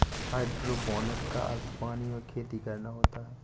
hydroponic का अर्थ पानी में खेती करना होता है